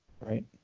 right